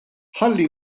ħalli